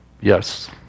Yes